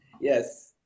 Yes